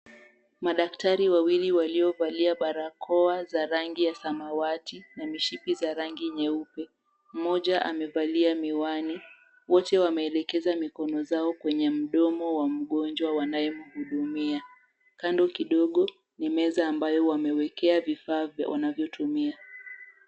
Madaktari wawili waliovalia barakoa za rangi ya samawati na mishipi za rangi nyeupe, mmoja amevalia miwani. Wote wameelekeza mikono zao kwenye mdomo wa mgonjwa wanayemhudumia. Kando kidogo ni meza ambayo wamewekea vifaa wanavyotumia.